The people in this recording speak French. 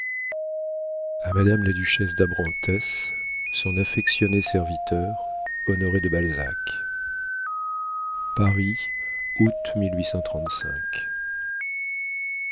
a madame la duchesse d'abrantès son affectionné serviteur honoré de balzac paris